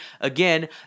again